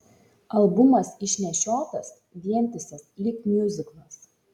albumas išnešiotas vientisas lyg miuziklas